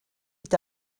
est